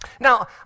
Now